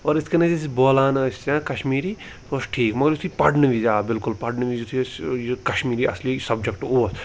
اور یِتھ کَنۍ أسۍ بولان ٲسۍ یا کَشمیٖری سُہ اوس ٹھیٖک مَگَر یِتھُے پَرنہٕ وِزِ آو بِلکُل پَرنہٕ وِزِ یِتھُے أسۍ یہِ کَشمیٖری اَصلی سَبجَکٹ اوس